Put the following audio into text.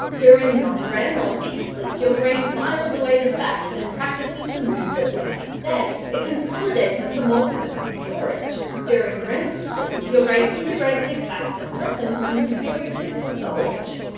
during non-rem or deep sleep, your brain files away the facts and practices the moves learned like that day it consolidates them for more permanent storage. during rem sleep, your brain integrates these facts and lessons into your existing knowledge.